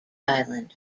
island